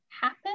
happen